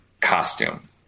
costume